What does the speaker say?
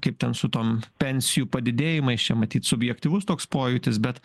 kaip ten su tom pensijų padidėjimais čia matyt subjektyvus toks pojūtis bet